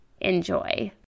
Enjoy